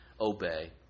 obey